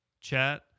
chat